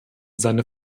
seine